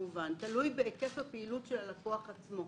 תלוי בהיקף הפעילות של הלקוח עצמו.